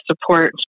support